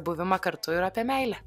buvimą kartu ir apie meilę